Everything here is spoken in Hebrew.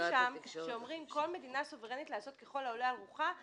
הסעיפים שם שאומרים שכל מדינה היא סוברנית לעשות ככל העולה על רוחה,